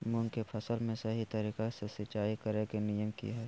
मूंग के फसल में सही तरीका से सिंचाई करें के नियम की हय?